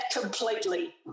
completely